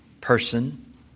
person